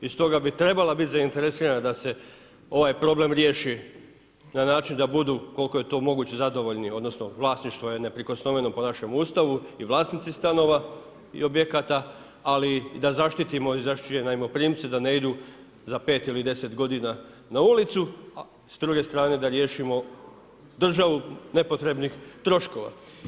I stoga bi trebala biti zainteresirana da se ovaj problem riješi na način da budu koliko je to moguće zadovoljni odnosno vlasništvo je neprikosnoveno po našem Ustavu i vlasnici stanova i objekata, ali da zaštitimo i zaštićene najmoprimce da ne idu za pet ili deset godina na ulicu, a s druge strane da riješimo državu nepotrebnih troškova.